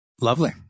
Lovely